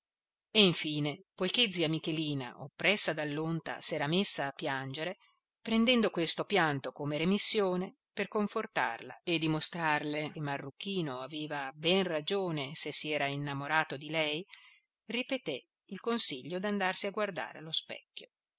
poiché zia michelina oppressa dall'onta s'era messa a piangere prendendo questo pianto come remissione per confortarla e dimostrarle che marruchino aveva ben ragione se si era innamorato di lei ripeté il consiglio d'andarsi a guardare allo specchio